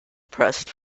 pressed